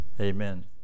Amen